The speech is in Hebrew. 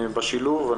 בשילוב.